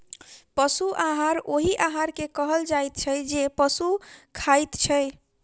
पशु आहार ओहि आहार के कहल जाइत छै जे पशु खाइत छै